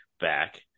back